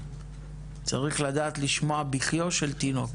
צריך לדעת לשמוע בכיו של תינוק.